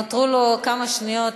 נותרו לו כמה שניות,